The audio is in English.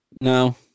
No